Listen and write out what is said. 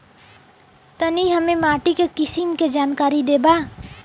तनि हमें माटी के किसीम के जानकारी देबा?